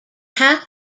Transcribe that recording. half